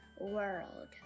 world